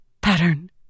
Pattern